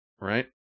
right